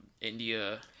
India